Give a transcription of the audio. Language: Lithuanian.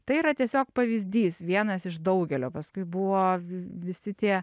tai yra tiesiog pavyzdys vienas iš daugelio paskui buvo visi tie